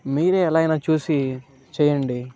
మీరే ఎలా అయినా చూసి చేయండి